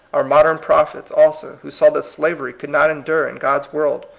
our modern prophets, also, who saw that slavery could not endure in god's world,